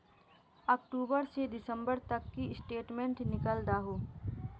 अक्टूबर से दिसंबर तक की स्टेटमेंट निकल दाहू?